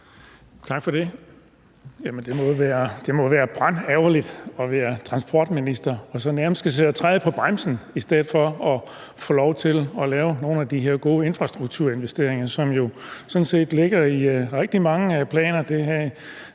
Tak for det. Jamen det må jo være brandærgerligt at være transportminister og så nærmest skulle sidde og træde på bremsen i stedet for at få lov til at lave nogle af de her gode infrastrukturinvesteringer, som jo sådan set ligger i rigtig mange planer,